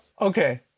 Okay